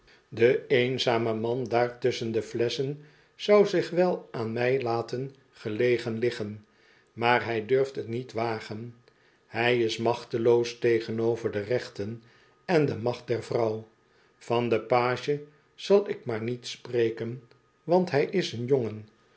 de eenzame man daar tusschen de flesschen zou zich wel aan mij laten gelegen liggen maar hij durft t niet wagen hij is machteloos tegenover de rechten en de macht der vrouw van den page zal ik maar niet spreken want hij is een jongen